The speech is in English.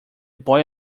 boy